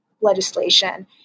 legislation